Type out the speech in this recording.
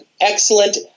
excellent